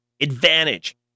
advantage